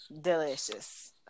Delicious